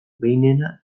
behinena